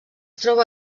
troba